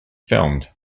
filmed